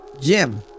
Jim